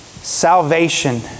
Salvation